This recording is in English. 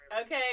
Okay